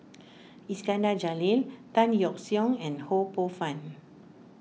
Iskandar Jalil Tan Yeok Seong and Ho Poh Fun